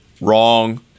Wrong